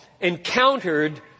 encountered